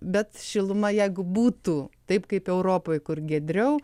bet šiluma jeigu būtų taip kaip europoj kur giedriau